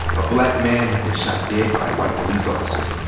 a black man has been shot dead by a white police officer.